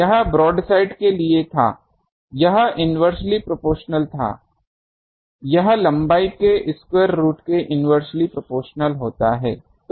यह ब्रोडसाइड के लिए था यह इन्वेर्स्ली प्रोपोशनल था यह लंबाई के स्क्वायर रुट के इन्वेर्स्ली प्रोपोशनल होता है